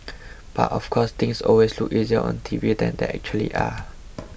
but of course things always look easier on T V than they actually are